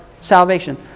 salvation